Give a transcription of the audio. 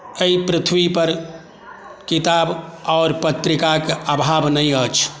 एहि पृथ्वीपर किताब आओर पत्रिकाके अभाव नहि अछि